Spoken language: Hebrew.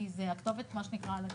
כי הכתובת על הקיר.